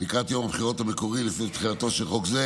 לקראת יום הבחירות המקורי לפני תחילתו של חוק זה,